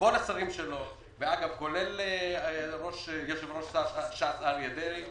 וכל השרים שלו, כולל יושב-ראש ש"ס אריה דרעי,